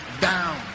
down